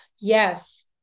Yes